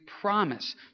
promise